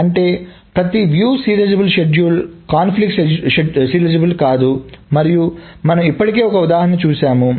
అంటే ప్రతి వీక్షణ సీరియలైజబుల్ షెడ్యూల్ కాన్ఫ్లిక్ట్ సీరియలైజబుల్ కాదు మరియు మనము ఇప్పటికే ఒక ఉదాహరణను చూశాము